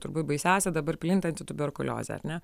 turbūt baisiausia dabar plintanti tuberkuliozė ar ne